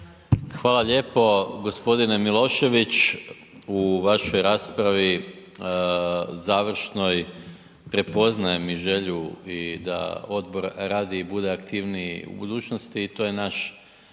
Hvala lijepo. g. Milošević, u vašoj raspravi završnoj prepoznajem i želju i da odbor radi i bude aktivniji u budućnosti i to je naš,